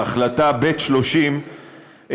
בהחלטה ב/30,